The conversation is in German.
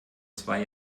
zwei